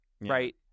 right